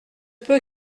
peut